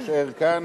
אני אשאר כאן.